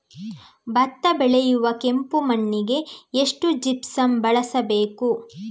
ಭತ್ತ ಬೆಳೆಯುವ ಕೆಂಪು ಮಣ್ಣಿಗೆ ಎಷ್ಟು ಜಿಪ್ಸಮ್ ಬಳಸಬೇಕು?